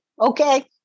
okay